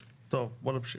טוב, בואו נמשיך.